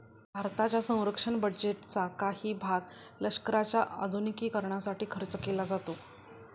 भारताच्या संरक्षण बजेटचा काही भाग लष्कराच्या आधुनिकीकरणासाठी खर्च केला जातो